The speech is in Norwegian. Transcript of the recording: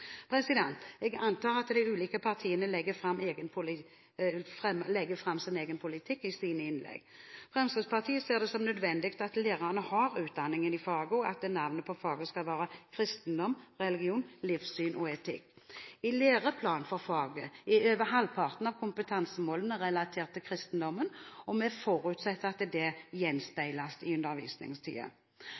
Jeg antar at de ulike partier legger fram sin egen politikk i sine innlegg. Fremskrittspartiet ser det som nødvendig at lærerne har utdanning i faget, og at navnet på faget skal være kristendom, religion, livssyn og etikk. I læreplanen for faget er over halvparten av kompetansemålene relatert til kristendommen, og vi forutsetter at det gjenspeiles i